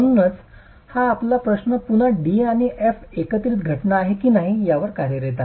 म्हणूनच हा आपला प्रश्न पुन्हा D आणि F एकत्रित घटना आहे की नाही यावर कार्य करीत आहे